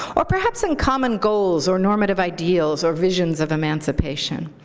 or perhaps in common goals or normative ideals or visions of emancipation.